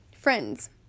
Friends